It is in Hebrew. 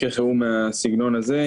מקרה חירום מהסגנון הזה,